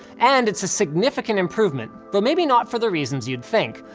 and it's a significant improvement, but maybe not for the reasons you'd think.